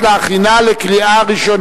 נתקבלה.